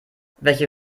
welche